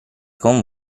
con